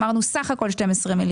אמרנו סך הכל 12 מיליון,